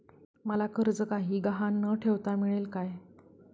मला कर्ज काही गहाण न ठेवता मिळेल काय?